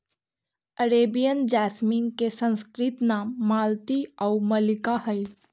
Arabian jasmine के संस्कृत नाम मालती आउ मल्लिका हइ